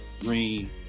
green